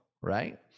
right